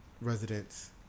residents